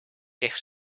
kehv